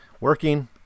working